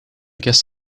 guess